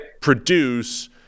produce